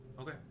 Okay